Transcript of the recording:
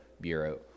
Bureau